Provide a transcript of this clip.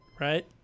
right